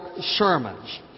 sermons